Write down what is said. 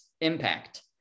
impact